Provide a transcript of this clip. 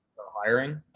hiring.